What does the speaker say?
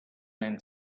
man